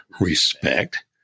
respect